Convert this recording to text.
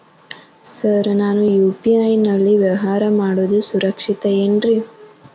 Sir ನಾನು UPI ನಲ್ಲಿ ವ್ಯವಹಾರ ಮಾಡೋದು ಸುರಕ್ಷಿತ ಏನ್ರಿ?